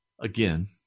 Again